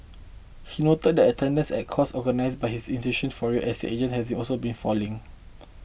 he noted that attendance at course organised by his institute for real estate agents has also been falling